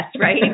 right